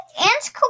Ants